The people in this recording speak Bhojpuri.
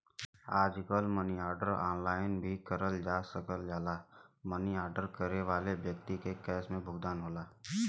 आजकल मनी आर्डर ऑनलाइन भी करल जा सकल जाला मनी आर्डर करे वाले व्यक्ति के कैश में भुगतान होला